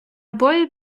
бою